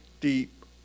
deep